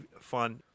fun